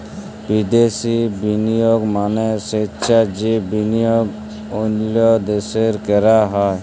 বিদ্যাসি বিলিয়গ মালে চ্ছে যে বিলিয়গ অল্য দ্যাশে ক্যরা হ্যয়